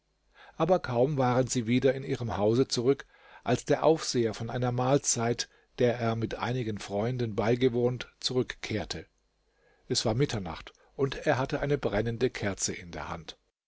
aber kaum waren sie wieder in ihrem hause zurück als der aufseher von einer mahlzeit eigentlich eine schlußmahlzeit d h ein essen das bei gelegenheit der vollendung des korans oder auch irgend eines anderen heiligen buchs gegeben wird der er mit einigen freunden beigewohnt zurückkehrte es war mitternacht und er hatte eine brennende kerze in der hand